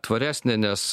tvaresnė nes